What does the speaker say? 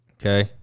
Okay